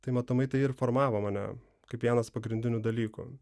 tai matomai tai ir formavo mane kaip vienas pagrindinių dalykų